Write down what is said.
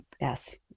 Yes